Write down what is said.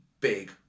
big